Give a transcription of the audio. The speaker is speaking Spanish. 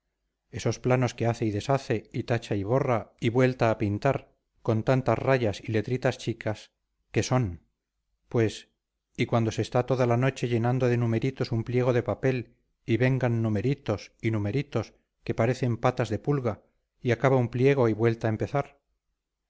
esos planos que hace y deshace y tacha y borra y vuelta a pintar con tantas rayas y letritas chicas qué son pues y cuando se está toda la noche llenando de numeritos un pliego de papel y vengan numeritos y numeritos que parecen patas de pulga y acaba un pliego y vuelta a empezar